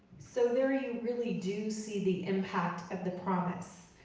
so there you really do see the impact of the promise.